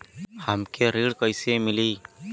हमके ऋण कईसे मिली?